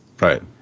Right